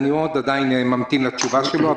אני עדיין ממתין לתשובה שלו.